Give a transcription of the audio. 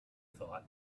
thought